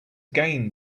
gain